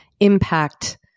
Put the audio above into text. impact